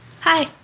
Hi